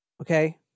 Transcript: okay